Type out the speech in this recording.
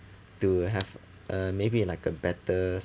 to have uh maybe like a better